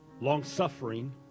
long-suffering